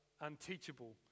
unteachable